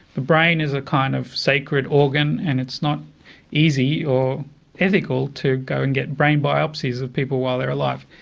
the brain is a kind of sacred organ and it's not easy or ethical to go and get brain biopsies of people while they're alive.